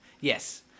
Yes